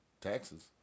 Taxes